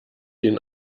den